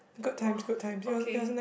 !wow! okay